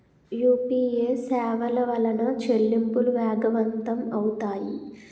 UPA సేవల వలన చెల్లింపులు వేగవంతం అవుతాయి